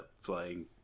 flying